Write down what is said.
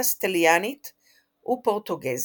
קסטיליאנית ופורטוגזית,